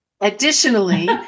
Additionally